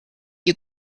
you